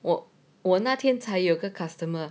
我我那天才有个 customer